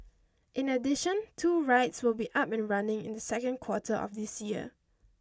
in addition two rides will be up and running in the second quarter of this year